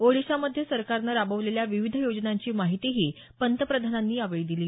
ओडीशामध्ये सरकारनं राबवलेल्या विविध योजनांची माहितीही त्यांनी यावेळी दिली